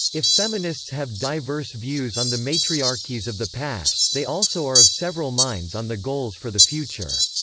if feminists have diverse views on the matriarchies of the past, they also are of several minds on the goals for the future.